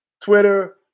Twitter